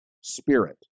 spirit